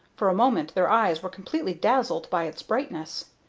for a moment their eyes were completely dazzled by its brightness.